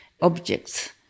objects